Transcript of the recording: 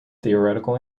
theoretical